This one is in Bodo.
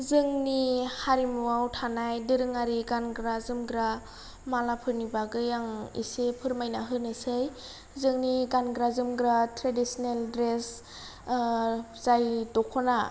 जोंनि हारिमुआव थानाय दोरोङारि गानग्रा जोमग्रा मालाफोरनि बागै आं एसे फोरमायनोसै जोंनि गानग्रा जोमग्रा ट्रेडिसनेल ड्रेस जाय दख'ना